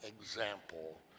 example